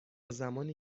زمانی